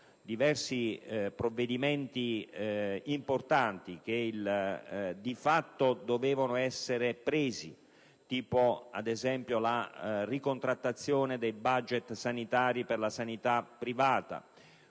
diversi provvedimenti importanti che dovevano essere assunti, come ad esempio la ricontrattazione dei *budget* sanitari per la sanità privata